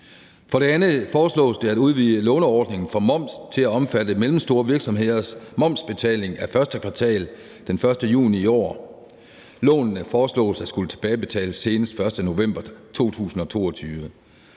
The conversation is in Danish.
For det andet foreslås det at udvide låneordningen for moms til at omfatte mellemstore virksomheders momsbetaling af første kvartal den 1. juni i år. Lånene foreslås at skulle tilbagebetales senest den 1. november 2022.